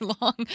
long